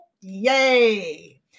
Yay